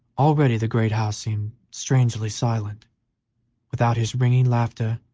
already the great house seemed strangely silent without his ringing laughter,